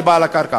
לבעל הקרקע.